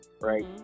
Right